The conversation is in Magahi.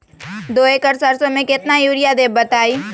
दो एकड़ सरसो म केतना यूरिया देब बताई?